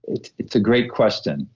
it's it's a great question.